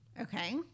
Okay